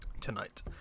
tonight